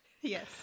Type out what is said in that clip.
Yes